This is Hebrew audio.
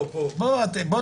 אנחנו